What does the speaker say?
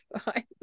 fine